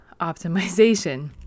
optimization